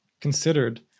considered